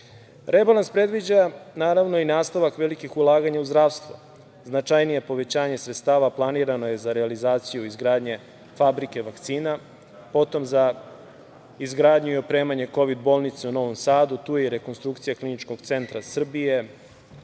zemlju. Rebalans predviđa, naravno, i nastavak velikih ulaganja u zdravstvo. Značajnije povećanje sredstava planirano je za realizaciju izgradnje fabrike vakcina, potom za izgradnju i opremanje Kovid bolnice u Novom Sadu, tu je i rekonstrukcija KC Srbije,